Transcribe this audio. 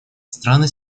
страны